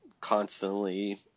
constantly